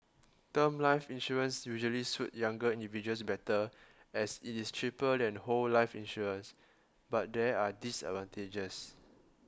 term life insurance usually suit younger individuals better as it is cheaper than whole life insurance but there are disadvantages